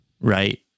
Right